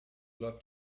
läuft